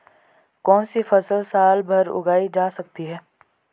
कौनसी फसल साल भर उगाई जा सकती है?